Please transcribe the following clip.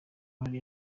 hari